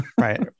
right